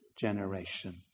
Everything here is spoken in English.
generation